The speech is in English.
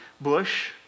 bush